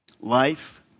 Life